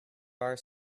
bar